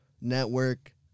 network